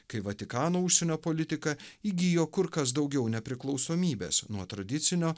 kai vatikano užsienio politika įgijo kur kas daugiau nepriklausomybės nuo tradicinio